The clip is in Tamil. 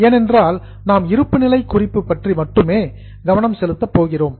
ஏனென்றால் நாம் இருப்புநிலைக் குறிப்பு பற்றி மட்டுமே போக்கஸ் கவனம் செலுத்தப் போகிறோம்